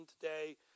today